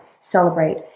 celebrate